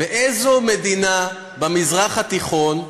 באיזו מדינה במזרח התיכון,